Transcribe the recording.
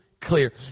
clear